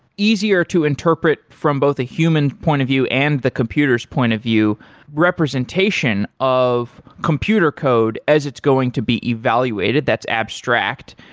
easier to interpret from both a human point of view and the computer s point of view representation of computer code as it's going to be evaluated that's abstract.